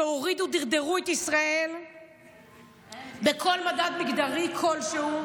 שהורידו, דרדרו את ישראל בכל מדד מגדרי כלשהו.